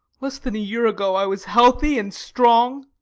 less than a year ago i was healthy and strong,